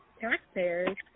taxpayers